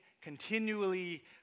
continually